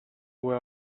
were